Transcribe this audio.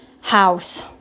house